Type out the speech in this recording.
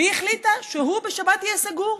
והיא החליטה שהוא בשבת יהיה סגור,